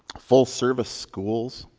full-service schools.